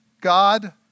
God